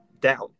down